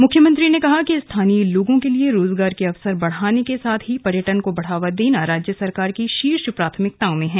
मुख्यमंत्री ने कहा कि स्थानीय लोगों के लिए रोजगार के अवसर बढ़ाने के साथ ही पर्यटन को बढ़ावा देना राज्य सरकार की शीर्ष प्राथमिकताओं में है